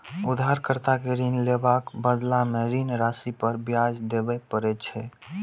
उधारकर्ता कें ऋण लेबाक बदला मे ऋण राशि पर ब्याज देबय पड़ै छै